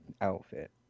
outfit